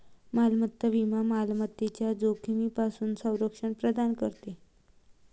मालमत्ता विमा मालमत्तेच्या जोखमीपासून संरक्षण प्रदान करते